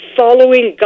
following